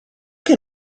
che